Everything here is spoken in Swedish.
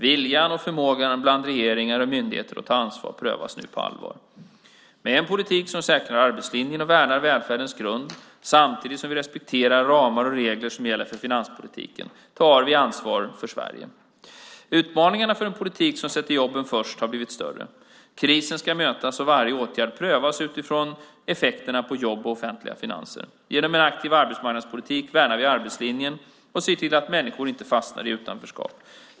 Viljan och förmågan bland regeringar och myndigheter att ta ansvar prövas nu på allvar. Med en politik som säkrar arbetslinjen och värnar välfärdens grund, samtidigt som vi respekterar ramar och regler som gäller för finanspolitiken, tar vi ansvar för Sverige. Utmaningarna för en politik som sätter jobben först har blivit större. Krisen ska mötas och varje åtgärd prövas utifrån effekterna på jobb och offentliga finanser. Genom en aktiv arbetsmarknadspolitik värnar vi arbetslinjen och ser till att människor inte fastnar i utanförskap.